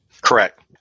Correct